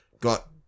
got